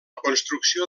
construcció